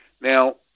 Now